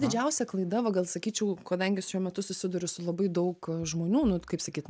didžiausia klaida va gal sakyčiau kadangi šiuo metu susiduriu su labai daug žmonių nu kaip sakyt